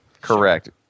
correct